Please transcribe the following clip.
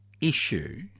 issue